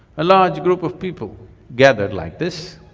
a large group of people gathered like this.